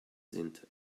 sind